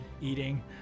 eating